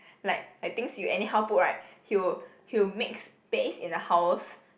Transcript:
like like things you anyhow put right he'll he'll make space in the house